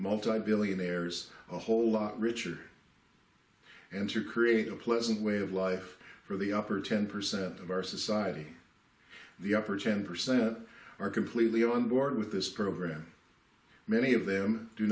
multi billionaires a whole lot richer and to create a pleasant way of life for the upper ten percent of our society the upper ten percent are completely on board with this program many of them do